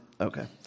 Okay